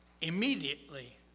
immediately